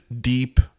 deep